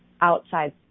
outside